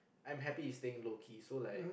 I'm happy with staying low key so like